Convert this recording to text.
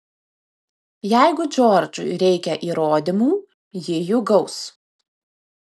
jeigu džordžui reikia įrodymų ji jų gaus